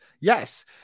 Yes